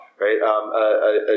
right